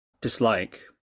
dislike